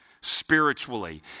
spiritually